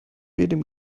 dem